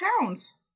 pounds